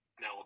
now